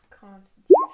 Constitution